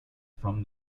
from